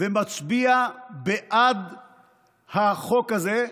ומצביע בעד החוק הזה,